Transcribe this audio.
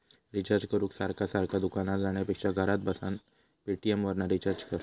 recharge करूक सारखा सारखा दुकानार जाण्यापेक्षा घरात बसान पेटीएमवरना रिचार्ज कर